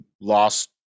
lost